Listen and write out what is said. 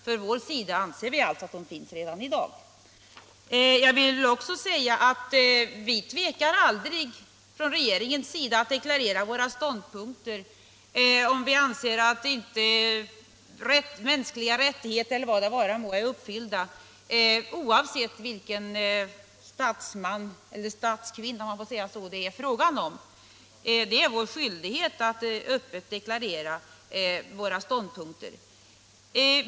Från vår sida anser vi alltså att de finns redan i dag. Vi tvekar aldrig från regeringen att deklarera våra ståndpunkter, om vi anser att mänskliga rättigheter inte respekteras, oavsett vilken statsman det är fråga om. Det är vår skyldighet att öppet deklarera våra ståndpunkter.